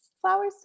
flowers